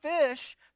fish